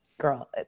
girl